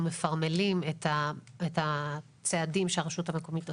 מפרמלים את הצעדים שהרשות המקומית עושה,